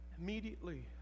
immediately